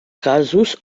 casos